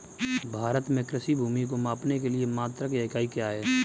भारत में कृषि भूमि को मापने के लिए मात्रक या इकाई क्या है?